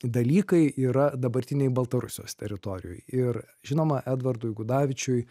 dalykai yra dabartinėj baltarusijos teritorijoj ir žinoma edvardui gudavičiui